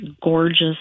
gorgeous